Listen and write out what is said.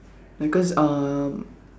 like cause um